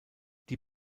die